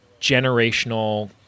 generational